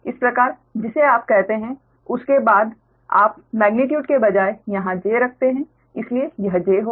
इस प्रकार जिसे आप कहते हैं उसके बाद आप मेग्नीट्यूड के बजाय यहाँ j रखते हैं इसलिए यह j होगा